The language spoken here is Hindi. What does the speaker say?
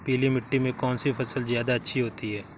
पीली मिट्टी में कौन सी फसल ज्यादा अच्छी होती है?